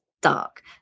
dark